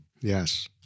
Yes